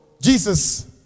Jesus